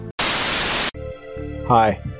Hi